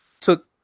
took